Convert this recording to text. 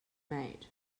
made